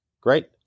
Great